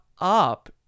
up